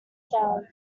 sound